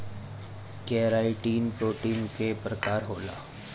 keratin protein के प्रकार होला